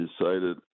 decided